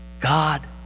God